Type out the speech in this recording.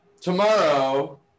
Tomorrow